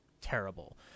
terrible